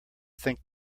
think